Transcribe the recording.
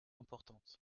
importantes